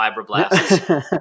fibroblasts